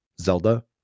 Zelda